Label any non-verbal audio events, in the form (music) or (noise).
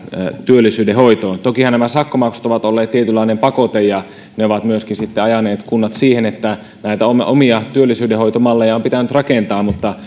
työllisyydenhoitoon tokihan nämä sakkomaksut ovat olleet tietynlainen pakote ja ne ovat myöskin sitten ajaneet kunnat siihen että näitä omia työllisyydenhoitomalleja on pitänyt rakentaa mutta (unintelligible)